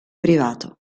privato